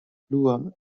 fluor